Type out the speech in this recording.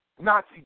Nazi